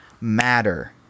matter